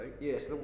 Yes